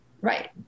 right